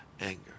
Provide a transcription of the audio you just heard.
anger